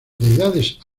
deidades